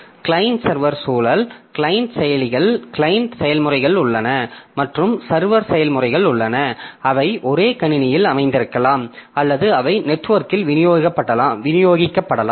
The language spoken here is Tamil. கிளையன்ட் சர்வர் சூழல் கிளையன்ட் செயலிகள் கிளையன்ட் செயல்முறைகள் உள்ளன மற்றும் சர்வர் செயல்முறைகள் உள்ளன அவை ஒரே கணினியில் அமைந்திருக்கலாம் அல்லது அவை நெட்வொர்க்கில் விநியோகிக்கப்படலாம்